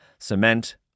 Cement